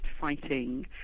fighting